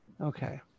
okay